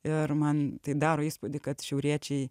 ir man tai daro įspūdį kad šiauriečiai